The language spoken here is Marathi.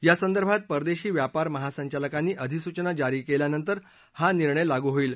या संदर्भात परदेशी व्यापार महासंचालकांनी अधिसूचना जारी केल्यानंतर हा निर्णय लागू होईल